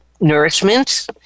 nourishment